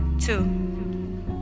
Two